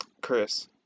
Chris